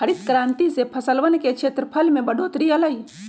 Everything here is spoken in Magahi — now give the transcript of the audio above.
हरित क्रांति से फसलवन के क्षेत्रफल में बढ़ोतरी अई लय